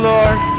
Lord